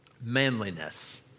manliness